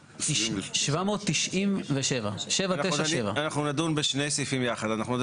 אנחנו נדון בשני סעיפים ביחד: אנחנו נדון